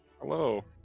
Hello